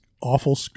awful